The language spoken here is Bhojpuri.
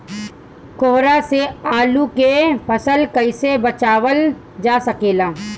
कोहरा से आलू के फसल कईसे बचावल जा सकेला?